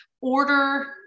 order